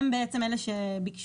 הם אלה שביקשו.